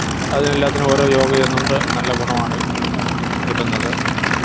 അതിനെല്ലാത്തിനും ഓരോ യോഗേയ്യുന്നോണ്ട് നല്ല ഗുണമാണ് കിട്ടുന്നത്